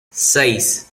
seis